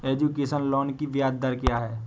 Education loan की ब्याज दर क्या है?